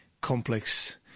complex